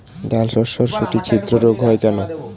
ডালশস্যর শুটি ছিদ্র রোগ হয় কেন?